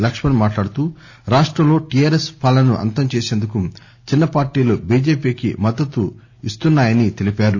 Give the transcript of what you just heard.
లక్ష్మణ్ మాట్లాడుతూ రాష్టంలో టీఆర్ఎస్ పాలనను అంతం చేసేందుకు చిన్న పార్టీలు బీజేపీకి మద్దతిస్తున్నా యని తెలిపారు